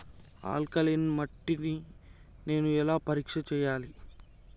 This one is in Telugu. ఆల్కలీన్ మట్టి ని నేను ఎలా పరీక్ష చేయాలి?